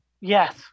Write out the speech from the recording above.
yes